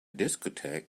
discotheque